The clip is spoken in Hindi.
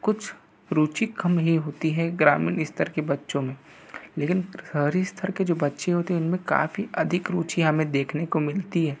कुछ रुचि कम ही होती है ग्रामीण स्तर के बच्चों में लेकिन शहरी स्तर के जो बच्चे होते हैं उनमें काफ़ी अधिक रुचियाँ हमें देखने को मिलती है